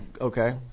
Okay